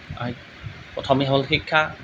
আৰু প্ৰথমেই হ'ল শিক্ষা